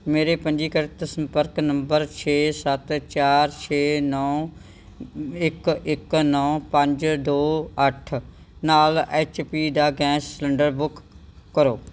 ਮੇਰੇ ਪੰਜੀਕ੍ਰਿਤ ਸੰਪਰਕ ਨੰਬਰ ਛੇ ਸੱਤ ਚਾਰ ਛੇ ਨੌਂ ਇੱਕ ਇੱਕ ਨੌਂ ਪੰਜ ਦੋ ਅੱਠ ਨਾਲ ਐਚ ਪੀ ਦਾ ਗੈਸ ਸਿਲੰਡਰ ਬੁੱਕ ਕਰੋ